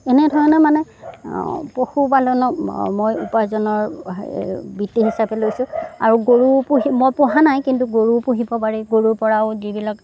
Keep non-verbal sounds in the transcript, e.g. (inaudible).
এনেধৰণে মানে পশুপালনক মই উপাৰ্জনৰ বৃত্তি হিচাপে লৈছোঁ আৰু গৰু (unintelligible) মই পোহা নাই কিন্তু গৰু পুহিব পাৰি গৰুৰ পৰাও যিবিলাক